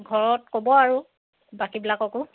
ঘৰত ক'ব আৰু বাকীবিলাককো